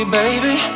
baby